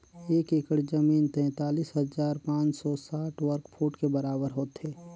एक एकड़ जमीन तैंतालीस हजार पांच सौ साठ वर्ग फुट के बराबर होथे